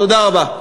תתביישו.